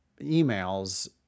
emails